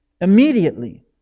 Immediately